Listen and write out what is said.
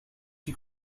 qui